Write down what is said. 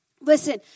listen